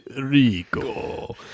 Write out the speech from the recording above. Rico